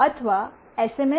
S